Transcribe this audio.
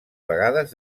vegades